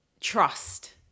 trust